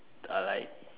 ah like